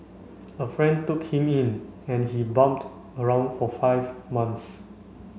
a friend took him in and he bummed around for five months